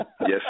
Yes